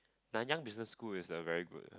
Nanyang Business School is a very good